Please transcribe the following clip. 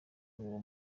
uwo